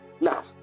Now